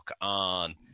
on